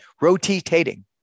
rotating